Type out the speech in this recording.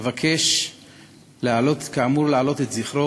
אבקש כאמור להעלות את זכרו,